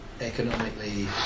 economically